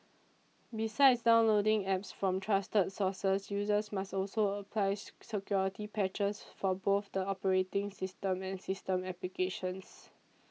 besides downloading Apps from trusted sources users must also apply security patches for both the operating system and system applications